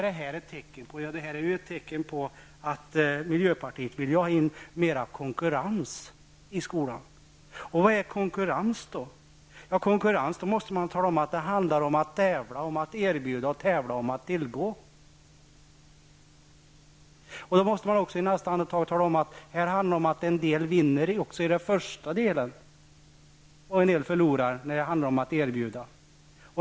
Detta är ett tecken på att miljöpartiet vill ha in mer konkurrens i skolan. Vad är då konkurrens? Om man har konkurrens måste man tala om att det handlar om att tävla om att erbjuda och tävla om att tillgå. Då måste man i nästa andetag tala om att en del vinner och andra förlorar i den första delen där det handlar om att erbjuda.